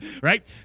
right